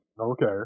Okay